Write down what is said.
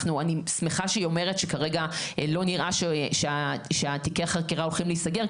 אני שמחה שהיא אומרת שכרגע לא נראה שתיקי החקירה הולכים להיסגר,